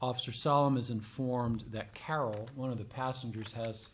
officer solemn is informed that carol one of the passengers has